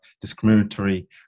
discriminatory